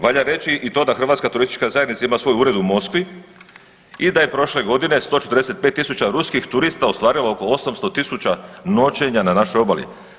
Valja reći i to da Hrvatska turistička zajednica ima svoj ured u Moskvi i da je prošle godine 145.000 ruskih turista ostvarilo oko 800.000 noćenja na našoj obali.